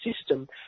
system